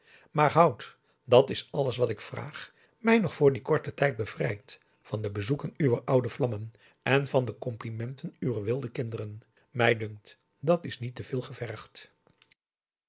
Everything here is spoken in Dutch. maar houd dat is alles wat ik vraag mij nog voor dien korten tijd bevrijd van de bezoeken uwer oude vlammen en van de complimenten uwer wilde kinderen mij dunkt dat is niet te veel gevergd